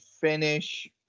finish